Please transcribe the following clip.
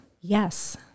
Yes